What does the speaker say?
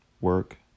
work